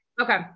okay